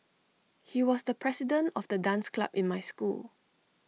he was the president of the dance club in my school